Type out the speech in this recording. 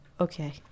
okay